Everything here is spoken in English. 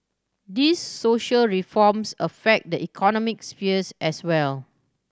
these social reforms affect the economic sphere as well